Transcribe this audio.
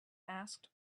asked